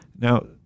now